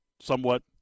somewhat